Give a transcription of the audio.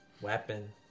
weapon